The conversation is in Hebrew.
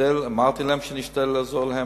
אמרתי להם שאני אשתדל לעזור להם.